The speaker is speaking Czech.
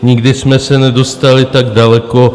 Nikdy jsme se nedostali tak daleko.